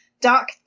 Doc